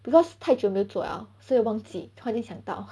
because 太久没做 liao 所以忘记突然间想到